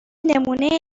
نمونه